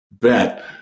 bet